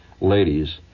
ladies